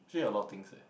actually a lot of things eh